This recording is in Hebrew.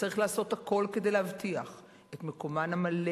וצריך לעשות הכול כדי להבטיח את מקומן המלא